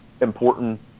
important